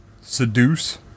Seduce